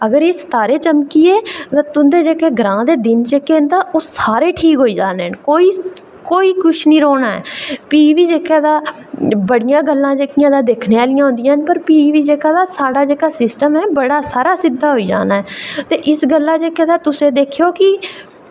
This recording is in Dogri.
अगर एह् सितारे चमकी गे ते तुं'दे जेह्के सारे ग्रांऽ दे दिन न ओह् सारे ठीक होई जाने कोई कोई कुछ निं रौह्ना ऐ ते भी बी जेह्का तां जेह्का तां बड़ियां गल्लां जेह्कियां दिक्खनै आह्लियां होंदियां न ते भी जेह्का साढ़ा जेह्का सिस्टम बड़ा सारा सिद्धा होई जाना ते इस गल्ला जेह्का तुसें दिक्खेआ की